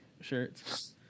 shirts